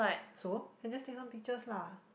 so then just take her pictures lah